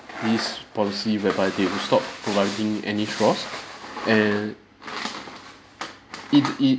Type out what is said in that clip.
this policy whereby they will stop providing any straws and it it